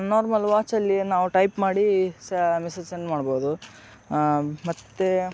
normal ವಾಚಲ್ಲಿ ನಾವು type ಮಾಡಿ ಸಹ ಮೆಸೇಜ್ ಸೆಂಡ್ ಮಾಡ್ಬೋದು ಮತ್ತೆ